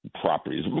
properties